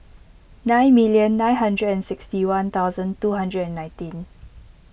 nine million nine hundred and sixty one thousand two hundred and nineteen